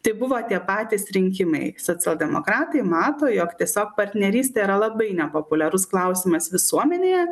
tai buvo tie patys rinkimai socialdemokratai mato jog tiesiog partnerystė yra labai nepopuliarus klausimas visuomenėje